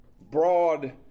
broad